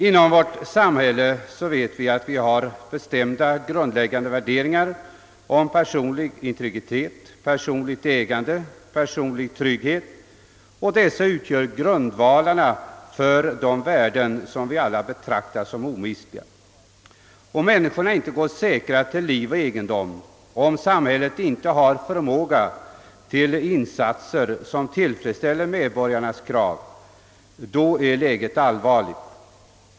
I vårt samhälle har vi bestämda grundläggande värderingar om personlig integritet, personligt ägande och personlig trygghet, och dessa utgör grundvalarna för de värden som vi alla betraktar som omistliga. Om män niskorna inte går säkra till liv och egendom och om samhället inte har förmåga till insatser som tillfredsställer medborgarnas krav härvidlag är läget allvarligt.